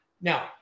now